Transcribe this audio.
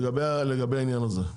לגבי העניין הזה.